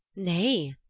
nay,